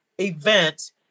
event